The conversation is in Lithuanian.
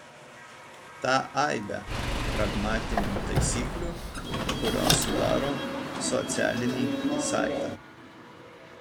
tą aibę pragmatinių taisyklių kurios sudaro socialinį saitą